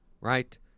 Right